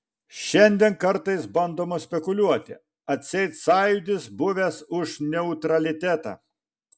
šiandien kartais bandoma spekuliuoti atseit sąjūdis buvęs už neutralitetą